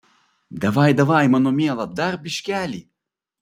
davai davaj mano miela dar biškelį